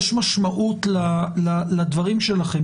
יש משמעות לדברים שלכן.